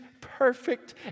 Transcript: perfect